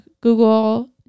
Google